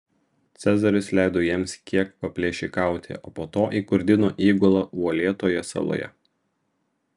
cezaris leido jiems kiek paplėšikauti o po to įkurdino įgulą uolėtoje saloje